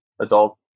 adult